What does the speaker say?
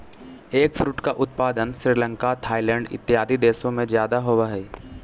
eggfruit का उत्पादन Sri Lanka Thailand इत्यादि देशों में ज्यादा होवअ हई